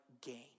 gain